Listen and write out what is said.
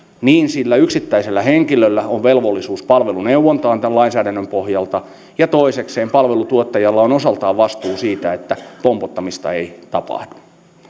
myös sillä yksittäisellä henkilöllä on velvollisuus palveluneuvontaan tämän lainsäädännön pohjalta ja toisekseen palveluntuottajalla on osaltaan vastuu siitä että pompottamista ei tapahdu